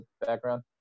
background